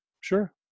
sure